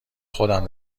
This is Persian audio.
خودم